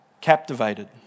captivated